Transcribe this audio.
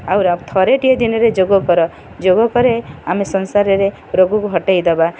ଆଉ ଥରୁଟିଏ ଦିନରେ ଯୋଗ କର ଯୋଗ କରି ଆମେ ସଂସାରରେ ରୋଗକୁ ହଟାଇ ଦେବା